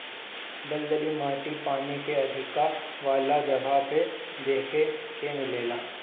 दलदली माटी पानी के अधिका वाला जगह पे देखे के मिलेला